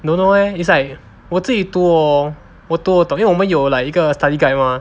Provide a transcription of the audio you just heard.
don't know leh is like 我自己读 hor 我读 hor 我们有 like 一个 study guide mah